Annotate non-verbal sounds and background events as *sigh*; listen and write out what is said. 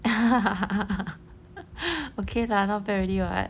*laughs* okay lah not bad already what